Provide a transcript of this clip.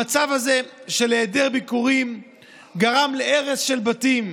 המצב הזה של היעדר ביקורים גרם להרס של בתים,